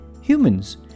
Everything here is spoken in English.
humans